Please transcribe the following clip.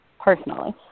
personally